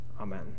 Amen